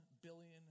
billion